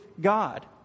God